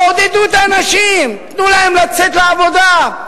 תעודדו את האנשים, תנו להם לצאת לעבודה.